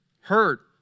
hurt